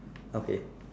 okay